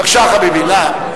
בבקשה, חביבי, נא.